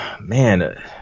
Man